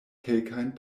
kelkajn